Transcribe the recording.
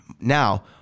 Now